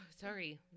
Sorry